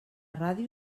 ràdio